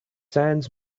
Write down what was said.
sands